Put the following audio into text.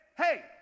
Hey